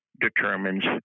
determines